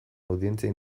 audientzia